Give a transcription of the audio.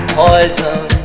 poison